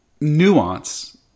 nuance